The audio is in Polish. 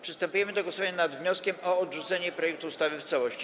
Przystępujemy do głosowania nad wnioskiem o odrzucenie projektu ustawy w całości.